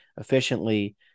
efficiently